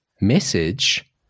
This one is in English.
message